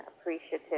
appreciative